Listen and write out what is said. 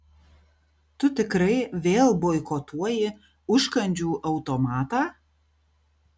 tu tikrai vėl boikotuoji užkandžių automatą